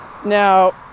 Now